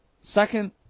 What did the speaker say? Second